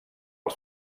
als